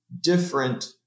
different